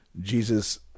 Jesus